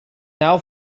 now